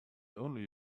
only